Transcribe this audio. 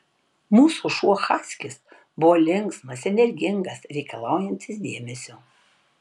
mūsų šuo haskis buvo linksmas energingas reikalaujantis dėmesio